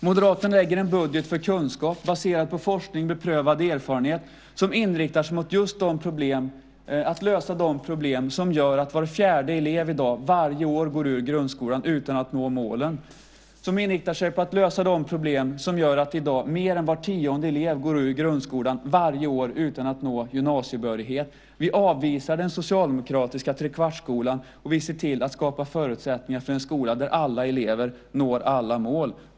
Moderaterna lägger en budget för kunskap, baserad på forskning och beprövad erfarenhet, som inriktar sig mot att just lösa de problem som gör att var fjärde elev i dag varje år går ut grundskolan utan att nå målen, som inriktar sig på att lösa de problem som gör att i dag mer än var tionde elev går ut grundskolan varje år utan att nå gymnasiebehörighet. Vi avvisar den socialdemokratiska trekvartsskolan, och vi ser till att skapa förutsättningar för en skola där alla elever når alla mål.